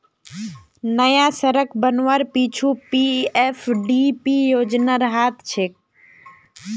नया सड़क बनवार पीछू पीएफडीपी योजनार हाथ छेक